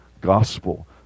gospel